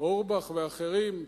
אורבך ואחרים,